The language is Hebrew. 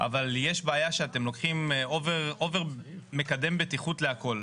אבל יש בעיה שאתם לוקחים אובר מקדם בטיחות לכל.